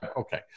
okay